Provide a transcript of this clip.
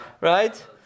Right